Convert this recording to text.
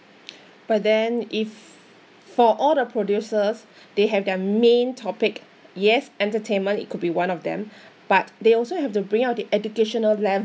but then if for all the producers they have their main topic yes entertainment it could be one of them but they also have to bring out the educational